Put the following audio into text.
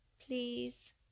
please